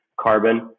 carbon